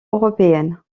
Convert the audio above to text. européenne